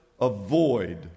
avoid